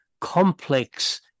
complex